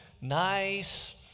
nice